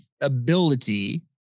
ability